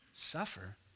Suffer